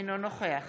אינו נוכח